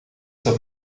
dat